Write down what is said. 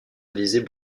élysées